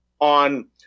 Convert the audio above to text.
on